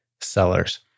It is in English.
sellers